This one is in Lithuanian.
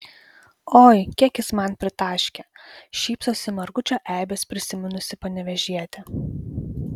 oi kiek jis man pritaškė šypsosi margučio eibes prisiminusi panevėžietė